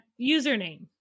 username